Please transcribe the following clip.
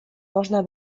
można